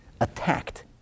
attacked